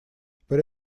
при